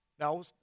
Now